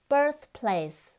Birthplace